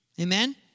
Amen